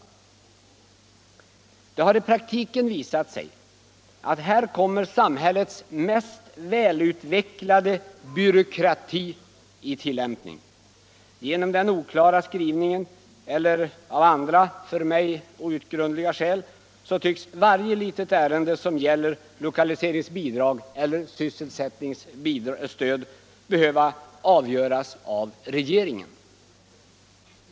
Men det har i praktiken visat sig att samhällets mest välutvecklade byråkrati här kommer i tillämpning. Genom den oklara skrivningen eller av andra för mig outgrundliga skäl tycks varje litet ärende som gäller lokaliseringsbidrag eller sysselsättningsstöd behöva avgöras av regeringen.